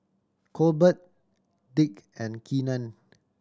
Colbert Dick and Keenan